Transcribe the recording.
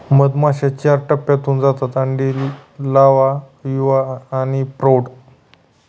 मधमाश्या चार टप्प्यांतून जातात अंडी, लावा, युवा आणि प्रौढ